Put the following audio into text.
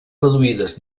reduïdes